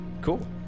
Cool